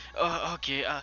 Okay